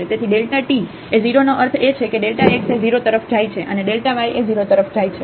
તેથી Δt એ 0 નો અર્થ એ છે કે Δx એ 0 તરફ જાય છે અને Δy એ 0 તરફ જાય છે